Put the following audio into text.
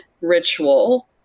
ritual